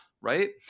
Right